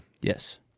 Yes